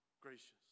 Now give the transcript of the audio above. gracious